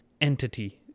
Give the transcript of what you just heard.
entity